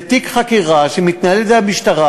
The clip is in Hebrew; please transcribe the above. זה תיק חקירה שמתנהל על-ידי המשטרה,